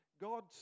God